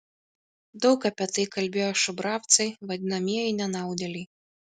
daug apie tai kalbėjo šubravcai vadinamieji nenaudėliai